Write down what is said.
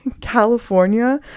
California